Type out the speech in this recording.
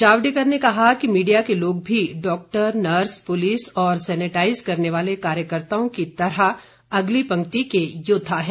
जावडेकर ने कहा कि मीडिया के लोग भी डॉक्टर नर्स पुलिस और सेनेटाइज करने वाले कार्यकर्ताओं की तरह अगली पंक्ति के योद्वा हैं